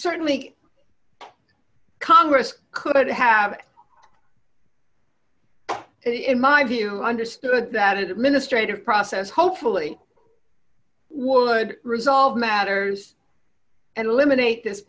certainly congress could have in my view understood that it ministry to process hopefully would resolve matters and eliminate this